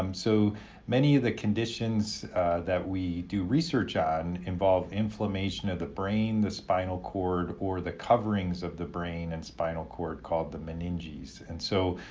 um so many of the conditions that we do research on involve inflammation of the brain, the spinal cord or the coverings of the brain and spinal cord called the meninges and so,